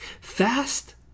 Fast